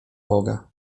boga